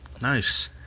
Nice